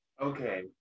Okay